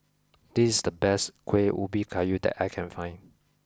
this is the best Kueh Ubi Kayu that I can find